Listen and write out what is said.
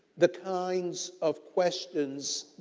the kinds of questions,